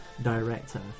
Director